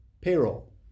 payroll